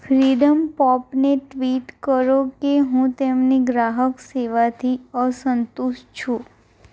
freedom પોપને tweet કરો કે હું તેમની ગ્રાહક સેવાથી અસંતુષ્ટ છું